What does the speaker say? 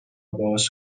باز